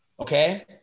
Okay